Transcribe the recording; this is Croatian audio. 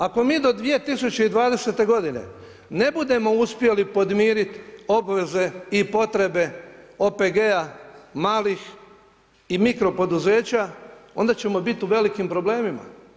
Ako mi do 2020. godine ne budemo uspjeli podmiriti obveze i potrebe OPG-a, malih i mikro poduzeća onda ćemo biti u velikim problemima.